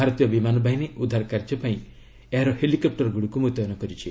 ଭାରତୀୟ ବିମାନ ବାହିନୀ ଉଦ୍ଧାର କାର୍ଯ୍ୟ ପାଇଁ ଏହାର ହେଲିକପୂରଗୁଡ଼ିକୁ ମୁତୟନ କରିଛି